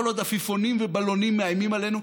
כל עוד עפיפונים ובלונים מאיימים עלינו.